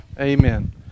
Amen